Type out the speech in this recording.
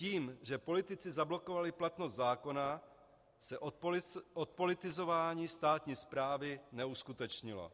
Tím, že politici zablokovali platnost zákona, se odpolitizování státní správy neuskutečnilo.